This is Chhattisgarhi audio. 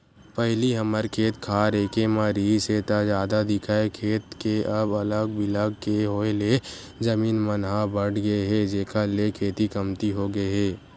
पहिली हमर खेत खार एके म रिहिस हे ता जादा दिखय खेत के अब अलग बिलग के होय ले जमीन मन ह बटगे हे जेखर ले खेती कमती होगे हे